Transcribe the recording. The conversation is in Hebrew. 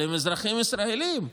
אבל הם אזרחים ישראלים.